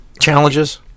Challenges